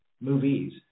movies